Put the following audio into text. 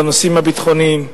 לנושאים הביטחוניים,